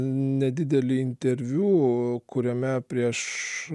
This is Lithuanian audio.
nedidelį interviu kuriame prieš